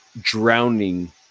drowning